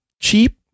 cheap